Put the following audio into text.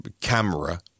camera